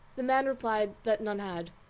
the man replied that none had.